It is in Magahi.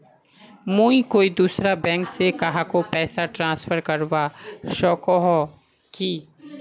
मुई कोई दूसरा बैंक से कहाको पैसा ट्रांसफर करवा सको ही कि?